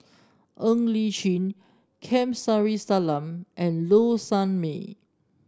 Ng Li Chin Kamsari Salam and Low Sanmay